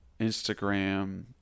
instagram